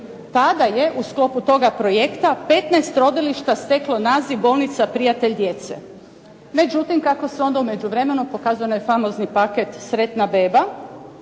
Tada je u sklopu toga projekta 15 rodilišta steklo naziv “Bolnica prijatelj djece“. Međutim, kako se onda u međuvremenu pokazao onaj famozni paket sretna beba,